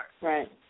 Right